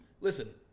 Listen